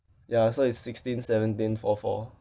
ya so is sixteen seventeen four four